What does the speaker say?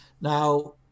Now